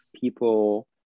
people